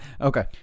Okay